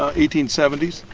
ah eighteen seventy s.